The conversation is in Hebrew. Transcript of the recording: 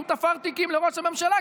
שהוא תפר תיקים לראש הממשלה,